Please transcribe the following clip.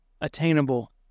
attainable